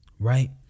Right